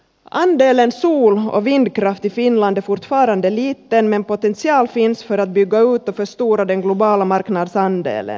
andelen sol och vindkraft i finland är fortfarande liten men potential finns för att bygga ut och förstora den globala marknadsandelen